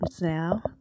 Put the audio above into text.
now